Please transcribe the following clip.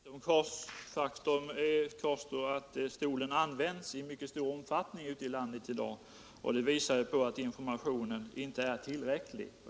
Herr talman! Faktum kvarstår att stolen används i mycket stor omfattning ute i landet i dag. Det visar att informationen inte är tillräcklig.